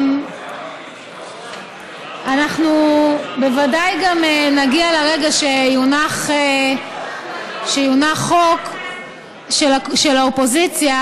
אנחנו בוודאי גם נגיע לרגע שיונח חוק של האופוזיציה